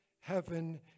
heaven